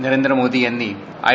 नरेंद्र मोदी यांनी आय